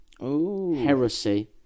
heresy